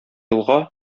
елга